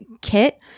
kit